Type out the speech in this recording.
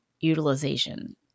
utilization